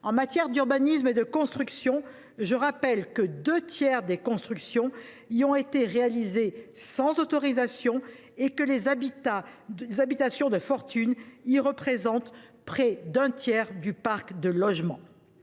en matière d’urbanisme et de construction. Je rappelle en effet que deux tiers des constructions y ont été réalisés sans autorisation et que les habitations de fortune y représentent près d’un tiers du parc de logements.